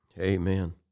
Amen